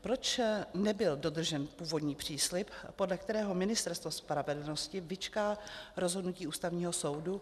Proč nebyl dodržen původní příslib, podle kterého Ministerstvo spravedlnosti vyčká rozhodnutí Ústavního soudu?